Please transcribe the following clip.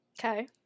okay